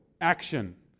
action